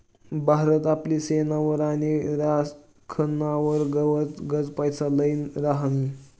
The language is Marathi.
भारत आपली सेनावर आणि राखनवर गनच पैसा लाई राहिना